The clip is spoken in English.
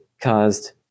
caused